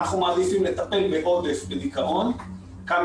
אנחנו מעדיפים לטפל בעודף בדיכאון כמה